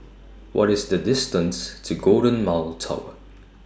What IS The distance to Golden Mile Tower